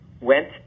went